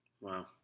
Wow